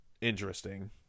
interesting